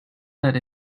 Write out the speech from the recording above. that